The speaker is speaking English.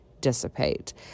dissipate